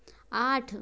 आठ